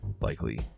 Likely